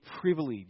privilege